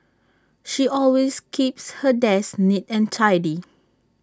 she always keeps her desk neat and tidy